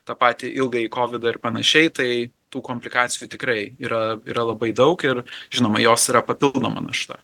tą patį ilgąjį kovidą ir panašiai tai tų komplikacijų tikrai yra yra labai daug ir žinoma jos yra papildoma našta